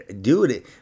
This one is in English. dude